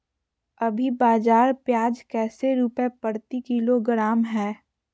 अभी बाजार प्याज कैसे रुपए प्रति किलोग्राम है?